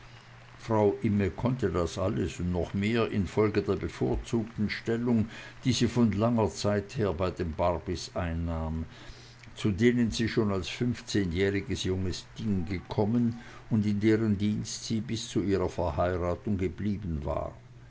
frau imme konnte das alles und noch mehr infolge der bevorzugten stellung die sie von langer zeit her bei den barbys einnahm zu denen sie schon als fünfzehnjähriges junges ding gekommen und in deren dienst sie bis zu ihrer verheiratung geblieben war